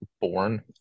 born